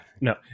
no